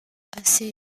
assez